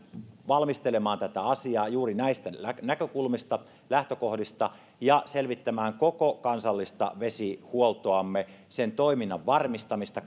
valmistelemaan tätä asiaa juuri näistä näkökulmista lähtökohdista ja selvittämään koko kansallista vesihuoltoamme sen toiminnan varmistamista